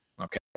Okay